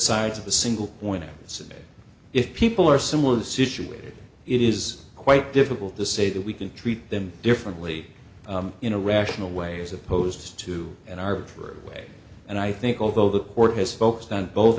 sides of the single point system if people are similar to situated it is quite difficult to say that we can treat them differently in a rational way as opposed to an arbitrary way and i think although the court has focused on both